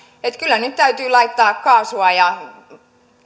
että kyllä nyt täytyy laittaa kaasua ja